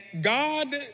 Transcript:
God